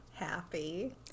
happy